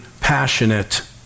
passionate